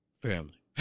Family